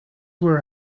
where